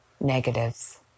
negatives